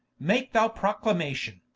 make thou proclamation.